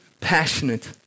passionate